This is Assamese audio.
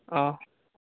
অ'